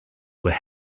were